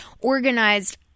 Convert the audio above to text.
organized